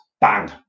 bang